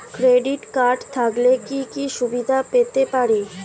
Credit card থাকলে কি কি সুবিধা পেতে পারি?